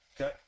Okay